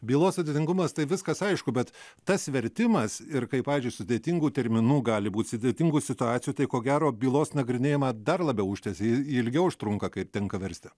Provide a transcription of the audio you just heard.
bylos sudėtingumas tai viskas aišku bet tas vertimas ir kaip pavyzdžiui sudėtingų terminų gali būt sudėtingų situacijų tai ko gero bylos nagrinėjimą dar labiau užtęsia ilgiau užtrunka kai tenka versti